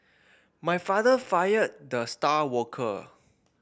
my father fired the star worker